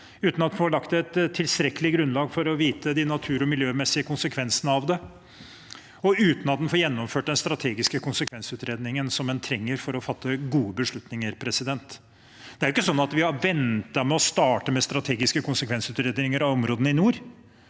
uten at en får lagt et tilstrekkelig grunnlag for å vite de natur- og miljømessige konsekvensene av det, og uten at en får gjennomført den strategiske konsekvensutredningen som en trenger for å fatte gode beslutninger. Det er ikke sånn at vi har ventet med å starte med strategiske konsekvensutredninger av områdene i nord.